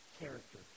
character